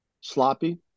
sloppy